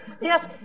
Yes